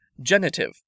Genitive